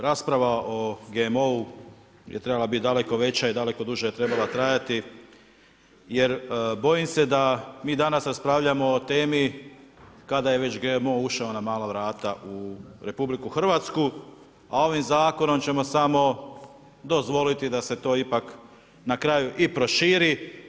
Rasprava o GMO-u je trebala biti veća i daleko duže je trebala trajati, jer bojim se da mi danas raspravljamo o temi, kada je već GMO ušao na mala vrata u RH, a ovim zakonom, ćemo samo dozvoliti, da se to ipak na kraju i proširi.